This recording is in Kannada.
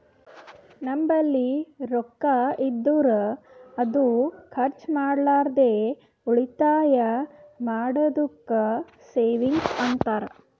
ನಂಬಲ್ಲಿ ರೊಕ್ಕಾ ಇದ್ದುರ್ ಅದು ಖರ್ಚ ಮಾಡ್ಲಾರ್ದೆ ಉಳಿತಾಯ್ ಮಾಡದ್ದುಕ್ ಸೇವಿಂಗ್ಸ್ ಅಂತಾರ